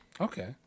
Okay